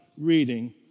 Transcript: reading